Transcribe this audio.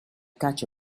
catch